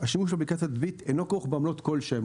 תשלום ב"ביט" אינו כרוך בעמלות כל שהן.